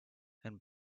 and